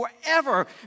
forever